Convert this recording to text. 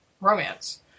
romance